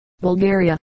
Bulgaria